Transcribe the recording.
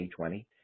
2020